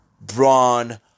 Braun